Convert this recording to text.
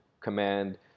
command